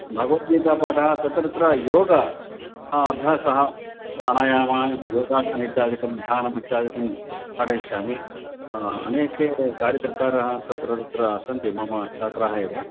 भगवद्गीता पाठः योगः अभ्यासः प्राणायामः योगासनम् इत्यादिकं ध्यानम् इत्यादिकं पाठयिष्यामि अनेके कार्यकर्तारः तत्र तत्र सन्ति मम छात्राः एव